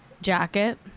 jacket